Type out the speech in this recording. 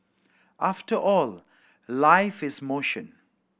after all life is motion